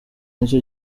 nicyo